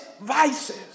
vices